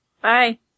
Bye